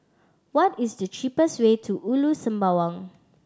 what is the cheapest way to Ulu Sembawang